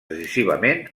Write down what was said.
decisivament